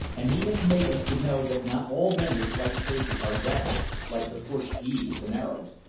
and he has made us to know that not all men with white faces are devils like the portuguese and arabs.